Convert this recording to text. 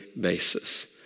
basis